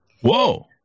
Whoa